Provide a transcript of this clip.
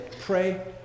pray